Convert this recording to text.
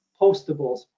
postables